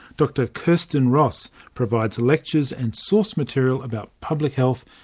dr kirstin ross provides lectures and source material about public health,